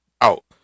out